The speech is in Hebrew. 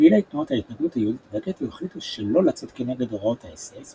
פעילי תנועת ההתנגדות היהודית בגטו החליטו שלא לצאת כנגד הוראות האס-אס,